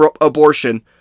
abortion